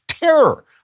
Terror